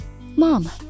Mom